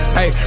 Hey